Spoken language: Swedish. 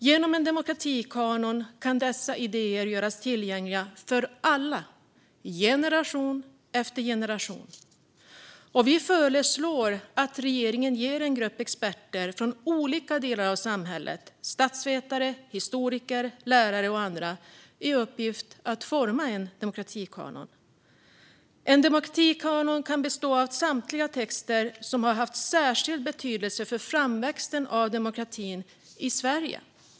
Genom en demokratikanon kan dessa idéer göras tillgängliga för alla, generation efter generation. Vi föreslår att regeringen ger en grupp experter från olika delar av samhället - statsvetare, historiker, lärare och andra - i uppgift att forma en demokratikanon. En demokratikanon kan bestå av en samling texter som har haft särskild betydelse för framväxten av demokratin i Sverige.